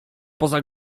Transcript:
poza